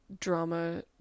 drama